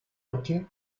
йорке